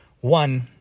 one